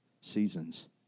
seasons